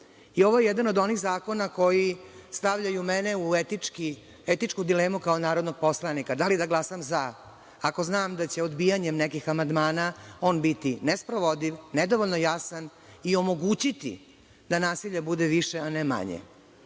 i ovo je jedan od onih zakona koji stavljaju mene u etičku dilemu kao narodnog poslanika da li da glasam za ako znam da će odbijanjem nekih amandmana on biti nesprovodiv, nedovoljno jasan i omogućiti da nasilja bude više, a ne manje.